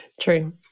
true